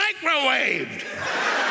microwaved